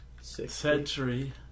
century